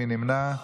מי נמנע?